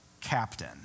captain